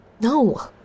No